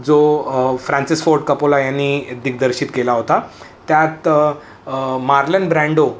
जो Francis Ford Coppola यांनी दिग्दर्शित केला होता त्यात मार्लन ब्रँडो